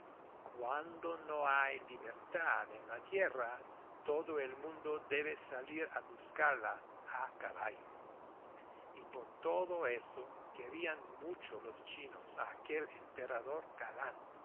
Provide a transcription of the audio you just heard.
cuando no hay libertad en la tierra todo el mundo debe salir a buscarla a caballo y por todo eso querían mucho los chinos a aquel emperador galán